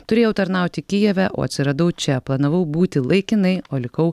turėjau tarnauti kijeve o atsiradau čia planavau būti laikinai o likau